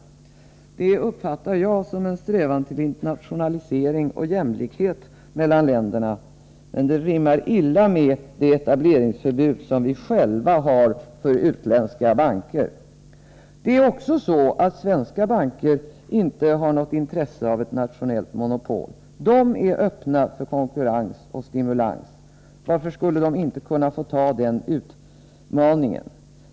Det uppfattar jag som en strävan att skapa internationalisering och jämlikhet mellan länderna, men det rimmar illa med det etableringsförbud vi tillämpar när det gäller utländska banker. Det är också så att svenska banker inte har något intresse av ett nationellt monopol. De är öppna för konkurrens och stimulans. Varför skulle de inte kunna få anta den utmaning som det innebär?